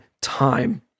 time